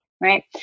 right